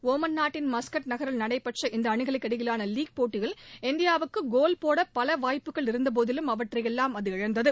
Oman நாட்டின் Muscat நகரில் நடைபெற்ற இந்த அணிகளுக்கு இடையிலான லீக் போட்டியில் இந்தியாவுக்கு கோல் போட பல வாய்ப்புகள் இருந்தபோதிலும் அவற்றையெல்லாம் அது இழந்தது